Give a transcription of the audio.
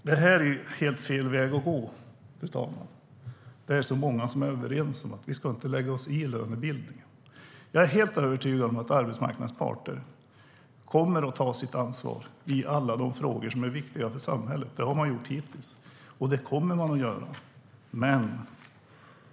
Det är helt fel väg att gå. Det är så många som är överens om att vi inte ska lägga oss i lönebildningen. Jag är helt övertygad om att arbetsmarknadens parter kommer att ta sitt ansvar i alla de frågor som är viktiga för samhället. Det har de gjort hittills, och det kommer de att göra.